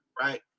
right